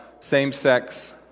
same-sex